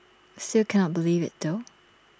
still cannot believe IT though